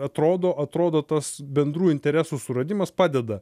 atrodo atrodo tas bendrų interesų suradimas padeda